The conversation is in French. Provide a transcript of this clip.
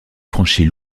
franchit